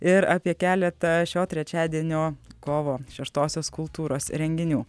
ir apie keletą šio trečiadienio kovo šeštosios kultūros renginių